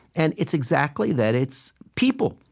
and it's exactly that it's people.